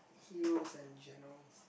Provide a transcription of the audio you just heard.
heros and generals